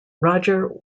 roger